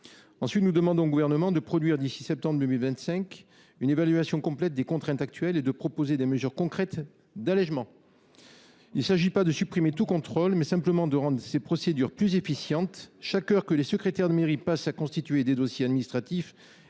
Ensuite, nous demandons au Gouvernement de produire, d’ici à septembre 2025, une évaluation complète des contraintes actuelles et de proposer des mesures concrètes d’allégement. Il s’agit non pas de supprimer tout contrôle, mais simplement de rendre les procédures plus efficaces. Chaque heure que les secrétaires de mairie passent à constituer des dossiers administratifs